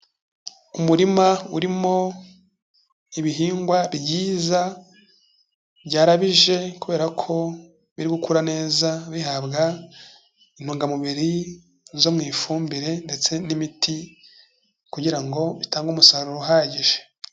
Umurima urimo ibihingwa byiza byarabije kubera ko biri gukura neza bihabwa intungamubiri zo mu ifumbire ndetse n'imiti kugira ngo bitange umusaruro uhagije.